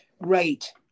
Right